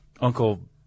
Uncle